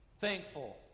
thankful